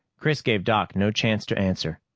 chris gave doc no chance to answer.